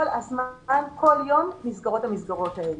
כל יום נסגרות המסגרות האלה.